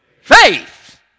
faith